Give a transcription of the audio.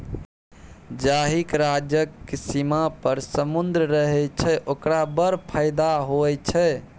जाहिक राज्यक सीमान पर समुद्र रहय छै ओकरा बड़ फायदा होए छै